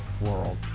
world